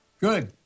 Good